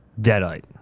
Deadite